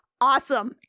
awesome